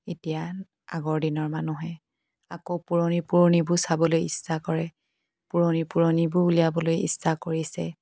এতিয়া আগৰ দিনৰ মানুহে আকৌ পুৰণি পুৰণিবোৰ চাবলৈ ইচ্ছা কৰে পুৰণি পুৰণিবোৰ উলিয়াবলৈ ইচ্ছা কৰিছে